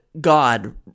God